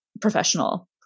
professional